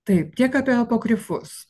taip tiek apie apokrifus